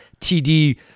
TD